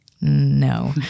no